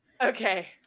okay